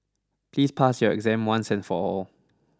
please pass your exam once and for all